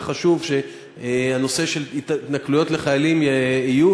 חשוב שהנושא של התנכלויות לחיילים יעלה,